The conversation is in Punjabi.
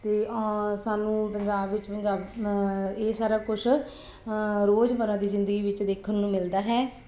ਅਤੇ ਸਾਨੂੰ ਪੰਜਾਬ ਵਿੱਚ ਪੰਜਾ ਇਹ ਸਾਰਾ ਕੁਛ ਰੋਜ਼ਮੱਰਾ ਦੀ ਜ਼ਿੰਦਗੀ ਵਿੱਚ ਦੇਖਣ ਨੂੰ ਮਿਲਦਾ ਹੈ